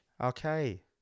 Okay